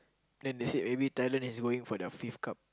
then they said maybe Thailand is going for the fifth cup